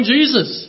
Jesus